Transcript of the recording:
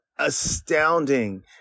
astounding